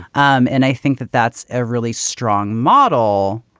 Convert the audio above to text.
um and i think that that's a really strong model